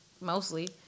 mostly